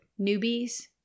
newbies